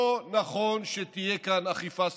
לא נכון שתהיה כאן אכיפה סלקטיבית.